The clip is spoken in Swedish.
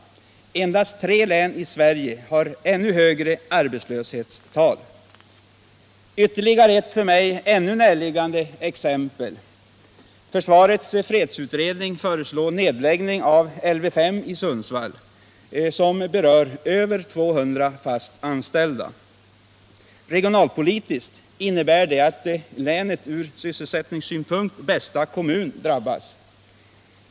Endast tre län i Sverige har ännu högre arbetslöshetstal. Ytterligare ett, för mig ännu mera närliggande exempel: Försvarets fredsutredning föreslår nedläggning av LV 5 i Sundsvall, något som berör över 200 fast anställda. Regionalpolitiskt innebär det att länets ur sysselsättningssynpunkt bästa kommun drabbas.